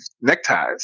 neckties